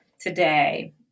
today